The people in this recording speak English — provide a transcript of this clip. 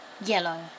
Yellow